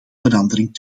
verandering